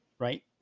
Right